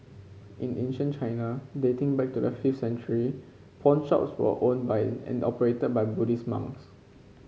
in ancient China dating back to the fifth century pawnshops were owned by and operated by Buddhist monks